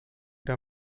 der